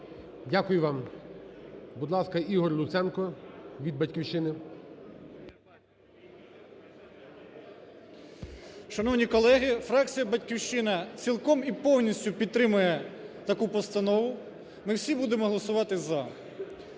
Дякую вам. Будь ласка, Ігор Луценко від "Батьківщини" 17:14:56 ЛУЦЕНКО І.В. Шановні колеги, фракція "Батьківщина" цілком і повністю підтримує таку постанову, ми всі будемо голосувати "за".